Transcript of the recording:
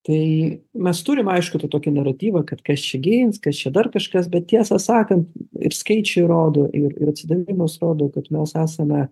tai mes turim aišku tą tokį naratyvą kad kas čia gins kas čia dar kažkas bet tiesą sakant ir skaičiai rodo ir ir atsidavimas rodo kad mes esame